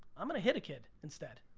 i'm gonna hit a kid instead.